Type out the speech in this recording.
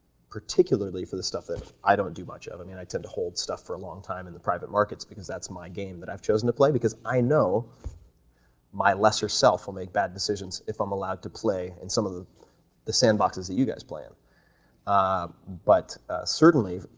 particularly for the stuff that i don't do much of. i mean, i tend to hold stuff for a long time in the private markets because that's my game that i've chosen to play because i know my lesser self will make bad decisions if i'm allowed to play in some of the the sand boxes that you guys play in, ah but certainly,